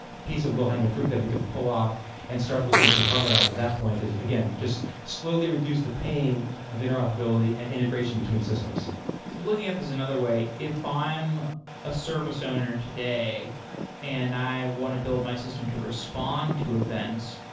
piece of low-hanging fruit that we could pull off and start looking to harmonize. at that point is again, just slowly reduce the pain of interoperability and integration between systems looking at this another way, if i'm a service owner today and i want to build my system to respond to events,